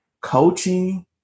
coaching